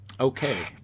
Okay